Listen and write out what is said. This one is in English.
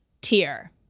tier